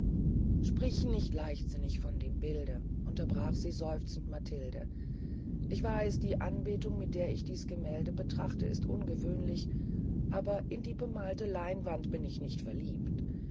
sprich nicht leichtsinnig von dem bilde unterbrach sie seufzend matilde ich weiß die anbetung mit der ich dies gemälde betrachte ist ungewöhnlich aber in die bemalte leinwand bin ich nicht verliebt